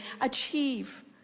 achieve